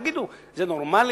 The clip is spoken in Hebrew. תגידו: זה נורמלי?